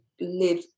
live